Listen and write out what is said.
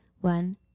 One